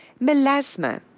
melasma